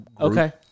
Okay